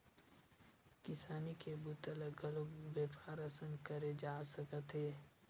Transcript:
किसानी के बूता ल घलोक बेपार असन करे जा सकत हे